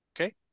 Okay